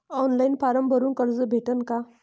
Online form भरून कर्ज भेटन का?